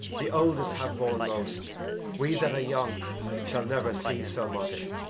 the oldest have borne most we that are young shall never see so much,